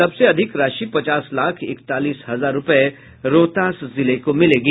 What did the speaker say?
सबसे अधिक राशि पचास लाख इकतालीस हजार रूपये रोहतास जिले को मिलेंगी